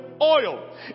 oil